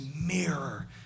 mirror